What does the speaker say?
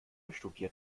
studiert